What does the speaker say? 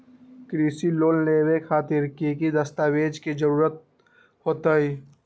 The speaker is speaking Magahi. कृषि लोन लेबे खातिर की की दस्तावेज के जरूरत होतई?